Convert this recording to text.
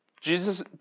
Jesus